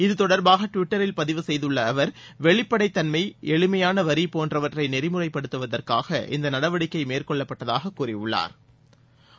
இத்தொடர்பாக ட்விட்டரில் பதிவு செய்துள்ள அவர் வெளிப்படைத்தன்மை எளிமையான வரி போன்வற்றை நெறிமுறைப்படுத்துவதற்காக இந்த நடவடிக்கை மேற்கொள்ளப்பட்டதாக கூறியுள்ளாா்